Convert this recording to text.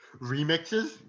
remixes